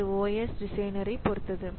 இது OS டிசைனர்ரைப் பொறுத்தது